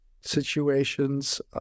situations